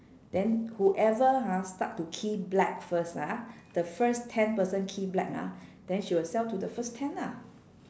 than whoever ha start to key black first ah the first ten person key black ah than she will sell to the first ten lah